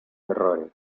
errores